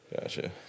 Gotcha